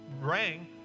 rang